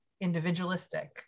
individualistic